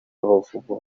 abavumvu